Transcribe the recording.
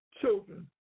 children